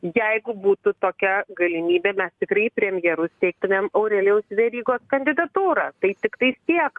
jeigu būtų tokia galimybė mes tikrai premjerus teiktumėm aurelijau verygos kandidatūrą tai tiktai tiek